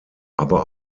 aber